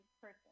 person